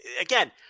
again